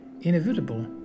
inevitable